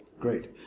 Great